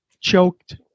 choked